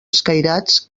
escairats